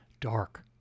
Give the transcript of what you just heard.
dark